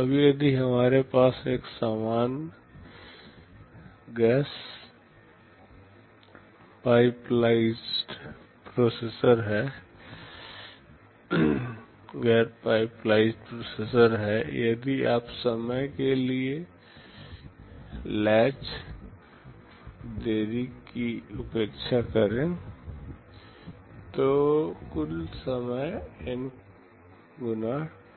अब यदि हमारे पास एक समान गैर पाइपलाइज्ड प्रोसेसर है यदि आप समय के लिए कुंडी देरी की उपेक्षा करते हैं तो कुल समय को N